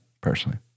personally